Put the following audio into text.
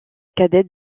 cadette